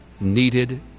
needed